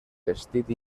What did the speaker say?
vestit